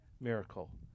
miracle